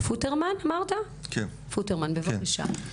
פוטרמן, בבקשה.